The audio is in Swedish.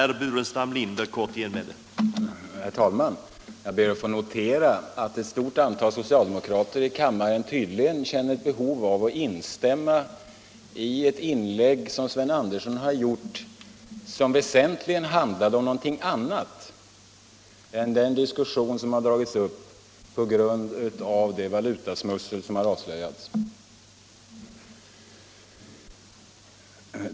Herr talman! Jag ber att få notera att ett stort antal socialdemokrater i kammaren tydligen känner ett behov av att instämma i ett inlägg av herr Sten Andersson i Stockholm, som väsentligen handlade om någonting annat än den diskussion som dragits upp på grund av det valutasmuggel som har avslöjats.